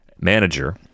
manager